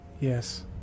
yes